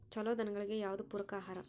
ಛಲೋ ದನಗಳಿಗೆ ಯಾವ್ದು ಪೂರಕ ಆಹಾರ?